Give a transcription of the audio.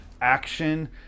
action